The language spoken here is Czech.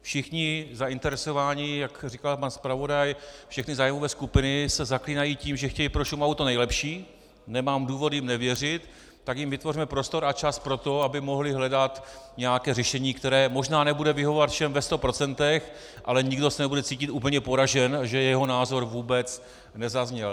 Všichni zainteresovaní, jak říkal pan zpravodaj, všechny zájmové skupiny se zaklínají tím, že chtějí pro Šumavu to nejlepší, nemám důvod jim nevěřit, tak jim vytvořme prostor a čas pro to, aby mohli hledat nějaké řešení, které možná nebude vyhovovat všem ve sto procentech, ale nikdo se nebude cítit úplně poražen, že jeho názor vůbec nezazněl.